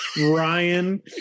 Ryan